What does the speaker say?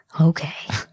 Okay